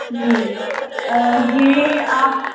जी ये आप